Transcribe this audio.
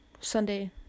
Sunday